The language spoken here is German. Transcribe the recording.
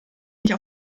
nicht